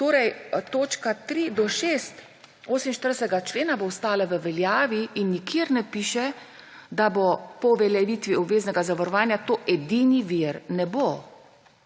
Torej, točka 3 do 6, 48. člena, bo ostala v veljavi in nikjer ne piše, da bo po uveljavitvi obveznega zavarovanja to edini vir. Ne bo.